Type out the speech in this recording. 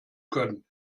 können